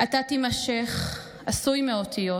/ אתה תימשך, עשוי מאותיות.